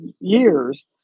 years